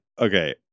Okay